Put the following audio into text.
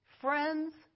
Friends